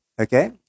Okay